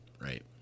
Right